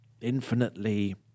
infinitely